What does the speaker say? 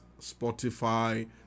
Spotify